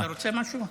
אתה רוצה משהו?